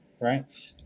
Right